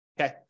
okay